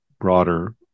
broader